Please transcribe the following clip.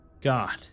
God